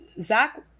zach